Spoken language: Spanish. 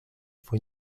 fue